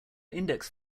index